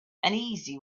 uneasy